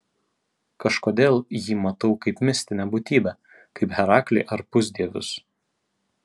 kažkodėl jį matau kaip mistinę būtybę kaip heraklį ar pusdievius